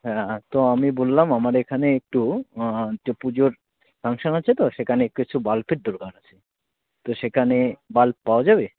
হ্যাঁ তো আমি বললাম আমার এখানে একটু যে পুজোর ফাংশান আছে তো সেখানে কিছু বাল্বের দরকার আছে তো সেখানে বাল্ব পাওয়া যাবে